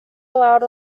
allowed